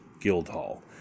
Guildhall